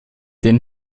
den